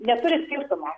neturi skirtumo